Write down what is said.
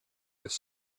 with